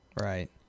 Right